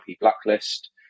blacklist